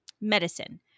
medicine